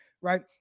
right